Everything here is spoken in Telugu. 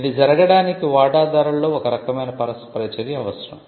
ఇది జరగడానికి వాటాదారులలో ఒక రకమైన పరస్పర చర్య అవసరం